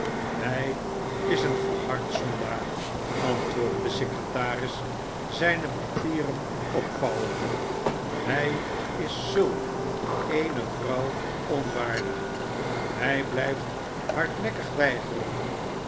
shij is een verhard zondaar antwoordde de secretaris zijne papieren opvouwende shij is zulk eene vrouw onwaardig hij blijft hardnekkig weigeren